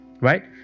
right